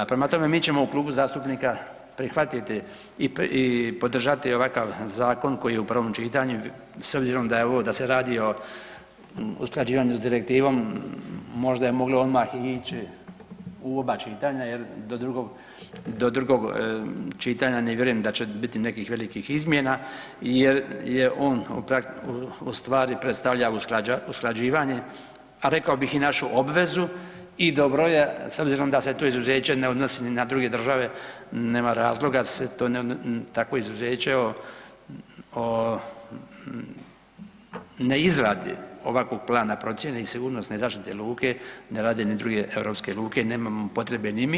Prema tome, mi ćemo u Klubu zastupnika prihvatiti i podržati ovakav zakon koji je u prvom čitanju s obzirom da se radi o usklađivanju s direktivom, možda je moglo i odmah ići u oba čitanja jel do drugog čitanja ne vjerujem da će biti nekih velikih izmjena jer je on predstavlja usklađivanje, a rekao bih i našu obvezu i dobro je s obzirom da se to izuzeće ne odnosi na druge države, nema razloga da se takvo izuzeće ne izradi ovakvog plana procjene i sigurnosne zaštite luke ne rade ni druge europske luke i nemamo potrebe ni mi.